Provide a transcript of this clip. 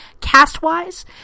Cast-wise